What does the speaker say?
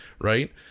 right